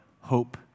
hope